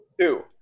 two